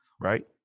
right